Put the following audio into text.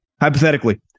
Hypothetically